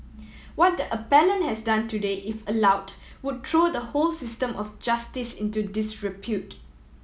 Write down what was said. what the appellant has done today if allowed would throw the whole system of justice into disrepute